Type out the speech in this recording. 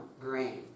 grain